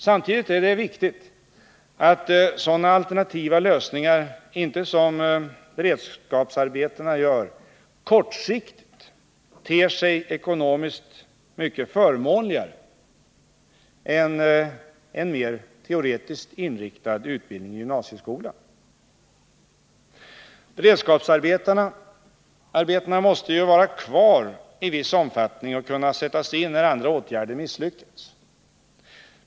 Samtidigt är det viktigt att sådana alternativa lösningar inte — som beredskapsarbetena — kortsiktigt ter sig ekonomiskt mycket förmånligare än en mer teorefiskt inriktad utbildning i gymnasieskolan. Beredskapsarbetena måste vara kvar i viss omfattning och kunna sättas in när andra åtgärder misslyckats.